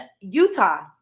Utah